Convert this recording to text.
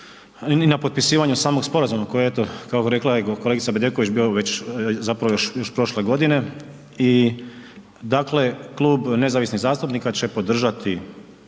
i na potpisivanju samog sporazuma koji eto rekla je kolegica Bedeković, bio već zapravo još prošle godine i dakle Klub nezavisnih zastupnika će podržati